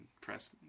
press